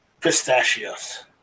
Pistachios